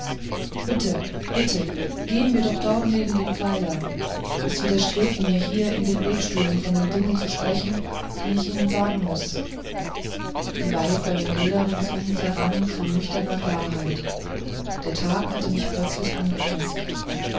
bitte bitte gehen wir doch dort neben den pfeiler es widerstrebt mir hier in den betstühlen von den dingen zu sprechen die ich ihnen sagen muß die weihevollen bilder ringsum zerrannen zu nüchterner klarheit der tag hatte mich plötzlich angefaßt